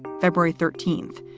february thirteenth,